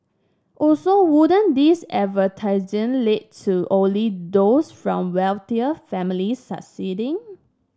also wouldn't this lead to only those from wealthier families succeeding